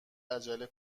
عجله